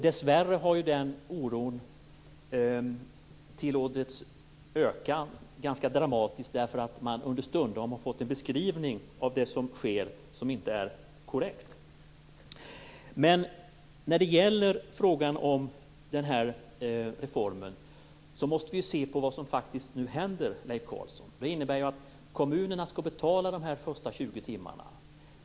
Dessvärre har den oron tillåtits öka dramatiskt, eftersom man understundom har fått en beskrivning av det som sker som inte är korrekt. Beträffande den här reformen måste vi se på det som faktiskt händer, Leif Carlson. Kommunerna skall betala de första 20 timmarna.